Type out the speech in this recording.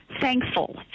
thankful